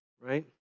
right